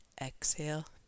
exhale